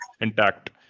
intact